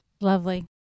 Lovely